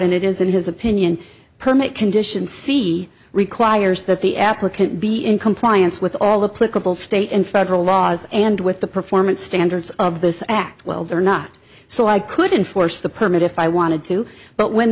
and it is in his opinion permit condition c requires that the applicant be in compliance with all the political state and federal laws and with the performance standards of this act well they're not so i couldn't force the permit if i wanted to but when